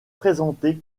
présentée